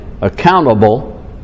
accountable